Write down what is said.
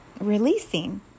releasing